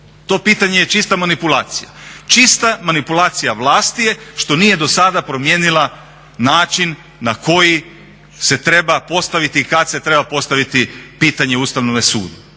to pitanje je čista manipulacija, čista manipulacija vlasti je što nije dosada promijenila način na koji se treba postaviti i kad se treba postaviti pitanje Ustavnome sudu.